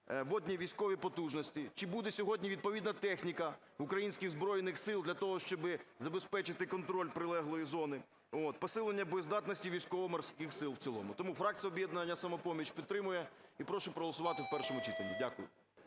водні військові потужності, чи буде сьогодні відповідна техніка українських Збройних Сил для того, щоби забезпечити контроль прилеглої зони, от, посилення боєздатності Військово-Морських Сил в цілому. Тому фракція "Об'єднання "Самопоміч" підтримує, і прошу проголосувати в першому читанні. Дякую.